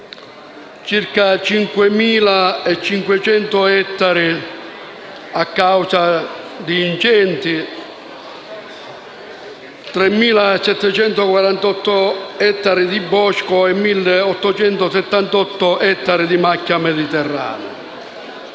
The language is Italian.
circa 5.500 ettari a causa di incendi: 3.748 ettari di bosco e 1.878 ettari di macchia mediterranea.